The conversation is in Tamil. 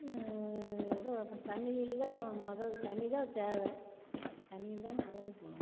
ஏதோ அப்புறம் தண்ணி இல்லைன்னா முதல் தண்ணிதான் தேவை தண்ணி இருந்தால் முதல் புழங்குறது